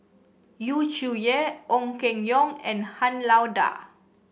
Yu Zhuye Ong Keng Yong and Han Lao Da